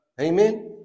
Amen